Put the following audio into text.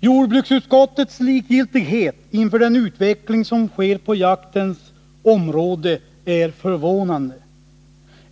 Jordbruksutskottets likgiltighet inför den utveckling som sker på jaktens område är förvånande.